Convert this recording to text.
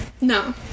No